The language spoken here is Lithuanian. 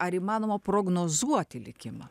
ar įmanoma prognozuoti likimą